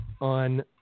on